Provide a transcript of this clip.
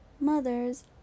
mothers